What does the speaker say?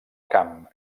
camp